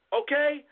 okay